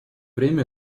время